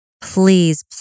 please